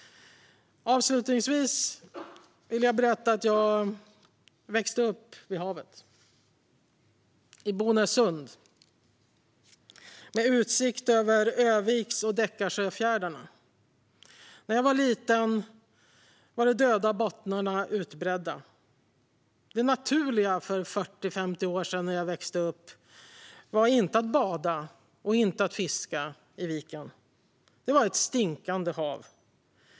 Avslutningsvis vill jag berätta att jag växte upp vid havet, i Bonässund, med utsikt över Öviks och Dekarsöfjärden. När jag var liten var de döda bottnarna utbredda. Det naturliga för 40-50 år sedan, när jag växte upp, var att inte bada eller fiska i viken. Det var ett stinkande hav.